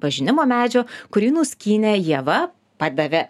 pažinimo medžio kurį nuskynė ieva padavė